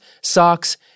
socks